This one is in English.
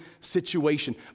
situation